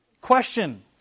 Question